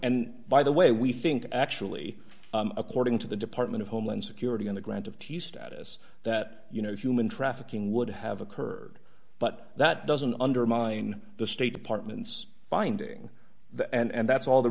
and by the way we think actually according to the department of homeland security in the grant of t status that you know human trafficking would have occurred but that doesn't undermine the state department's finding that and that's all the